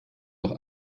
doch